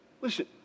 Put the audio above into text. listen